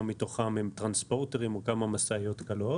מתוכם הם טרנספורטרים או כמה משאיות קלות.